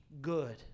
good